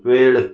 वेळ